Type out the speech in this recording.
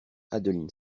adeline